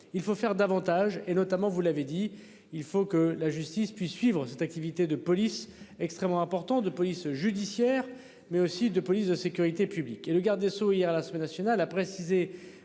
il faut faire davantage et notamment vous l'avez dit il faut que la justice puisse suivre cette activité de police extrêmement important de police judiciaire mais aussi de police de sécurité publique et le garde des Sceaux hier la semaine nationale a précisé